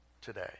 today